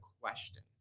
question